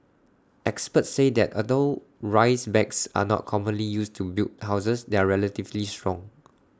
experts say that although rice bags are not commonly used to build houses they are relatively strong